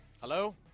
Hello